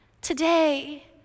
Today